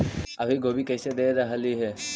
अभी गोभी कैसे दे रहलई हे?